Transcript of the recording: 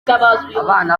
abana